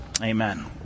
Amen